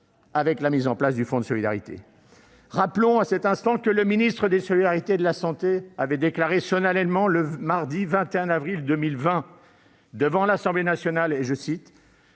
avec la mise en place du fonds de solidarité. Rappelons que le ministre des solidarités et de la santé avait déclaré solennellement le mardi 21 avril 2020, devant l'Assemblée nationale, que «